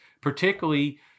particularly